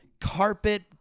carpet